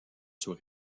sur